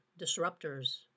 disruptors